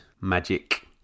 magic